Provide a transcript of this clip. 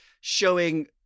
showing